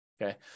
Okay